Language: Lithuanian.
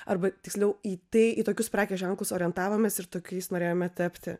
arba tiksliau į tai į tokius prekės ženklus orientavomės ir tokiais norėjome tapti